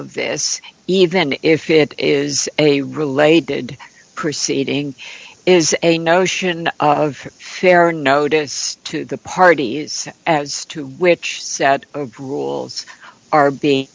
of this even if it is a related proceeding is a notion of fair notice to the parties as to which set of rules are being